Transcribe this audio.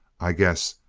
i guess!